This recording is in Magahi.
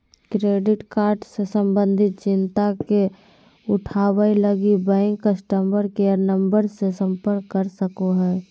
क्रेडिट कार्ड से संबंधित चिंता के उठावैय लगी, बैंक कस्टमर केयर नम्बर से संपर्क कर सको हइ